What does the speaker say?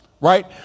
Right